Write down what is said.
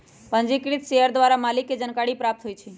पंजीकृत शेयर द्वारा मालिक के जानकारी प्राप्त होइ छइ